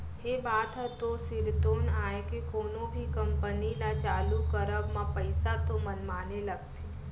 ये बात ह तो सिरतोन आय के कोनो भी कंपनी ल चालू करब म पइसा तो मनमाने लगथे